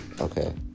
okay